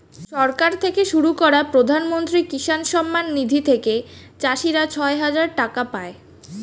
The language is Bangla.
সরকার থেকে শুরু করা প্রধানমন্ত্রী কিষান সম্মান নিধি থেকে চাষীরা ছয় হাজার টাকা পায়